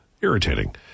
Irritating